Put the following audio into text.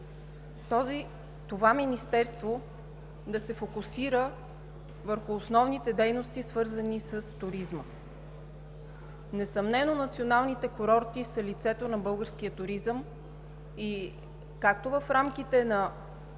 това министерство да се фокусира върху основните дейности, свързани с туризма. Несъмнено националните курорти са лицето на българския туризъм и в рамките на